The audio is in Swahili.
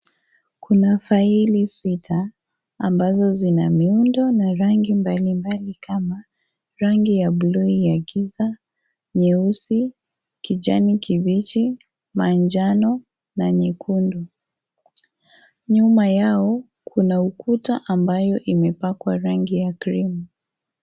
Kuna faili sita ambazo zina miundo na rangi mbalimbali kama rangi ya bluu ya giza, nyeusi, kijani kibichi, manjano na nyekundu. Nyuma yao kuna ukuta ambao umepakwa rangi ya cream .